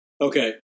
Okay